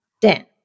Dan